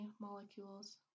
molecules